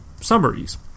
summaries